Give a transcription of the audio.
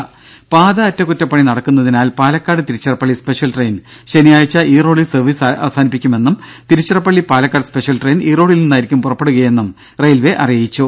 ദേദ പാത അറ്റകുറ്റപ്പണി നടക്കുന്നതിനാൽ പാലക്കാട് തിരുച്ചിറപ്പള്ളി സ്പെഷ്യൽ ട്രെയിൻ ശനിയാഴ്ച ഈറോഡിൽ സർവീസ് അവസാനിപ്പിക്കുമെന്നും തിരുച്ചിറപ്പള്ളി പാലക്കാട് സ്പെഷ്യൽ ട്രെയിൻ ഈറോഡിൽ നിന്നായിരിക്കും പുറപ്പെടുകയെന്നും റെയിൽവെ അറിയിച്ചു